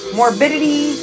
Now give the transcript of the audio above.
Morbidity